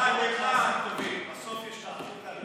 השר ביטון,